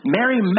Mary